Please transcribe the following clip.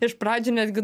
iš pradžių netgi